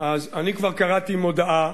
אני כבר קראתי מודעה